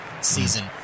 Season